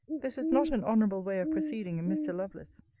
this is not an honourable way of proceeding in mr. lovelace.